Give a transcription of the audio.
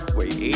Wait